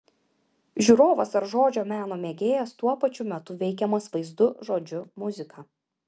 žiūrovas ar žodžio meno mėgėjas tuo pačiu metu veikiamas vaizdu žodžiu muzika